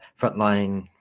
frontline